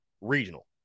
regional